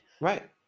right